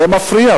זה מפריע.